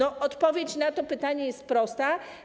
Odpowiedź na to pytanie jest prosta.